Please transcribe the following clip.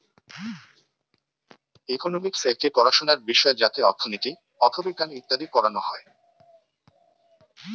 economics একটি পড়াশোনার বিষয় যাতে অর্থনীতি, অথবিজ্ঞান ইত্যাদি পড়ানো হয়